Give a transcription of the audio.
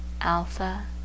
alpha